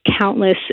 countless